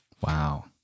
Wow